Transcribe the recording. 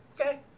Okay